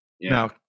Now